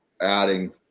adding